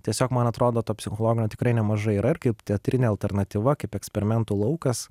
tiesiog man atrodo to psichologinio tikrai nemažai yra ir kaip teatrinė alternatyva kaip eksperimentų laukas